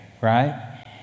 right